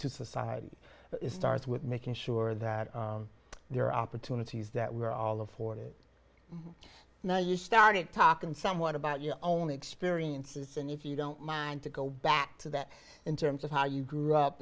to society it starts with making sure that there are opportunities that we're all of forty now you started talking somewhat about your own experiences and if you don't mind to go back to that in terms of how you grew up